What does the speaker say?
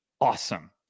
awesome